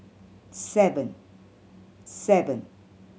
seven